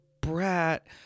brat